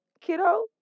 kiddo